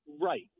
Right